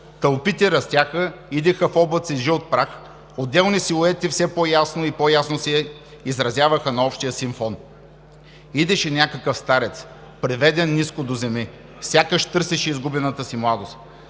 Тълпите растяха, идеха в облаци жълт прах, отделни силуети все по-ясно и по-ясно се изрязваха на общия сив фон. Идеше някакъв старец, приведен ниско доземи, сякаш търсеше изгубената си младост.